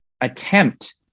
attempt